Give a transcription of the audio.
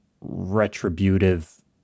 retributive